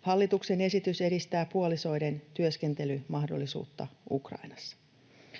Hallituksen esitys edistää puolisoiden työskentelymahdollisuutta Ukrainassa.